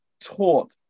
taught